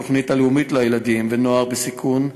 בתוכנית הלאומית לילדים ונוער בסיכון,